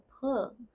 pull